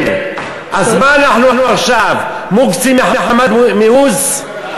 אז מה, אנחנו עכשיו מוקצים מחמת מיאוס?